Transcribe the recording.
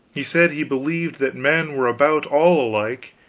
he said he believed that men were about all alike,